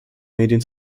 medien